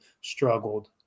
struggled